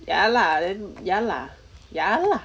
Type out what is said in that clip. ya lah then ya lah ya lah